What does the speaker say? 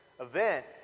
event